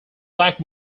black